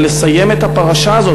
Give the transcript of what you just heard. ולסיים את הפרשה הזאת.